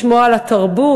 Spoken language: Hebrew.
לשמוע על התרבות,